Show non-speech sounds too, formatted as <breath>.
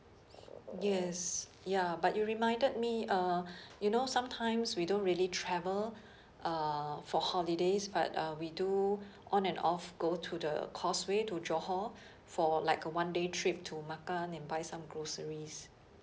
yes ya but you reminded me uh <breath> you know sometimes we don't really travel <breath> uh for holidays but uh we do <breath> on and off go to the causeway to johor <breath> for like a one day trip to makan and buy some groceries